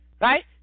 right